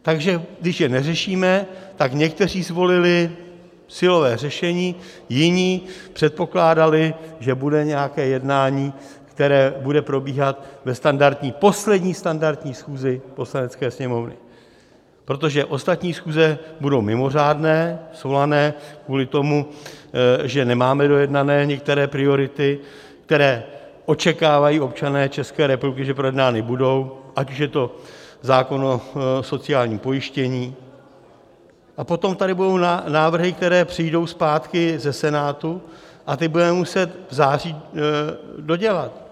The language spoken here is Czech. Takže když je neřešíme, někteří zvolili silové řešení, jiní předpokládali, že bude nějaké jednání, které bude probíhat ve standardní, poslední standardní schůzi Poslanecké sněmovny, protože ostatní schůze budou mimořádné, svolané kvůli tomu, že nemáme dojednané některé priority, které očekávají občané České republiky, že projednány budou, ať už je to zákon o sociálním pojištění, a potom tady budou návrhy, které přijdou zpátky ze Senátu, a ty budeme muset v září dodělat.